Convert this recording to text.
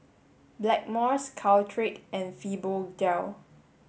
Blackmores Caltrate and Fibogel